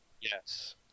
Yes